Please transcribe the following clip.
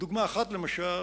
דוגמה אחת למשל,